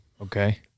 Okay